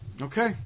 Okay